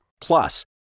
Plus